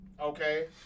Okay